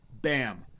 bam